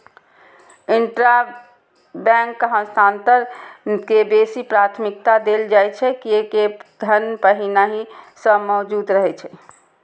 intrabank हस्तांतरण के बेसी प्राथमिकता देल जाइ छै, कियै ते धन पहिनहि सं मौजूद रहै छै